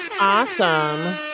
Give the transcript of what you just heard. awesome